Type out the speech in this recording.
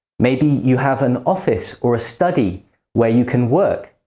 maybe you have an office or a study where you can work,